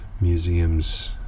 museums